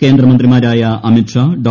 കേന്ദ്രമന്ത്രിമാരായ അമിത് ഷാ ഡോ